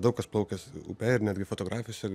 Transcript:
daug kas plaukęs upe ir netgi fotografijose